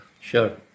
Sure